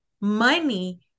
money